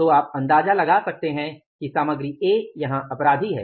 तो आप अंदाजा लगा सकते हैं कि सामग्री ए यहां अपराधी है